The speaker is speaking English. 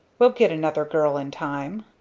we'll get another girl in time.